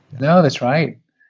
no, that's right.